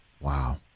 Wow